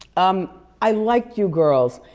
um i like you girls.